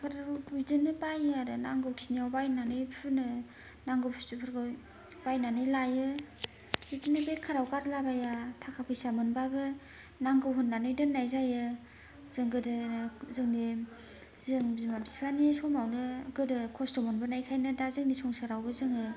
फोर बिदिनो बायो आरो नांगौखिनियाव बायनानै फुनो नांगौ बस्तुफोरखौ बायनानै लायो बिदिनो बेकाराव गारला बाया थाखा फैसा मोनबाबो नांगौ होननानै दोननाय जायो जों गोदोनो जोंनि जों बिमा फिफा नि समावनो गोदो खस्थ' मोनबोनायखायनो दा जोंनि संसारावबो जोङो